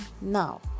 Now